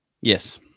Yes